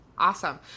awesome